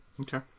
Okay